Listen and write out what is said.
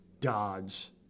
Dodge